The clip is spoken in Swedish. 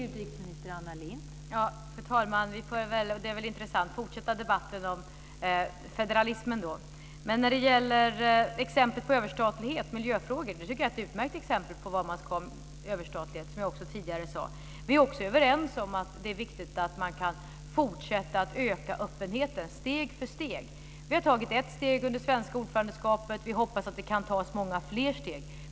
Fru talman! Vi får väl fortsätta debatten om federalismen, och det är väl intressant. Jag tycker att miljöfrågorna är ett utmärkt exempel på var man ska ha överstatlighet, och det sade jag också tidigare. Vi är också överens om att det är viktigt att man kan fortsätta att öka öppenheten steg för steg. Vi har tagit ett steg under det svenska ordförandeskapet. Vi hoppas att det kan tas många fler steg.